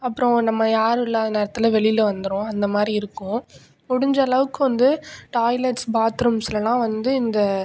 அப்றம் நம்ம யாரும் இல்லாத நேரத்தில் வெளியில் வந்துடும் அந்த மாதிரி இருக்கும் முடிஞ்ச அளவுக்கு வந்து டாய்லெட்ஸ் பாத்ரூம்ஸ்லல்லாம் வந்து இந்த